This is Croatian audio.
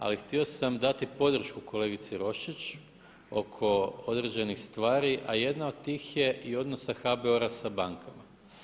Ali htio sam dati podršku kolegici Roščić oko određenih stvari, a jedna od tih je i odnosa HBOR-a sa bankama.